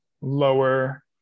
lower